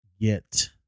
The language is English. get